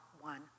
one